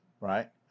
right